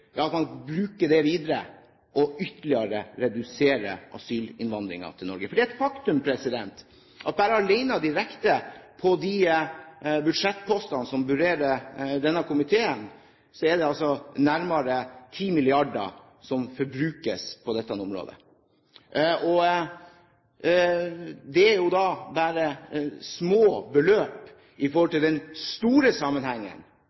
det videre og ytterligere redusere asylinnvandringen til Norge. For det er et faktum at bare direkte på de budsjettpostene som berører denne komiteen, er det nærmere 10 mrd. kr som forbrukes på dette området. Det er jo bare små beløp i forhold til den store sammenhengen